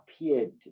appeared